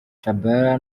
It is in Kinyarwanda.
tchabalala